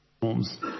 forms